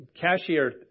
cashier